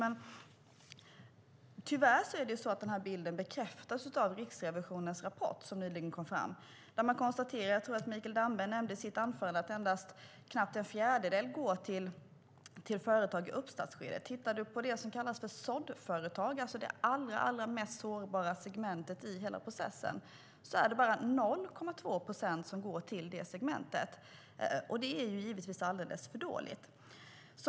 Men tyvärr bekräftas denna bild i Riksrevisionens rapport som kom nyligen. Där konstateras, vilket jag tror att Mikael Damberg nämnde i sitt anförande, att endast knappt en fjärdedel går till företag i uppstartsskedet. När det gäller så kallade såddföretag, alltså det allra mest sårbara segmentet i hela processen, är det bara 0,2 procent som går till detta segment. Det är givetvis alldeles för dåligt.